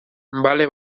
bale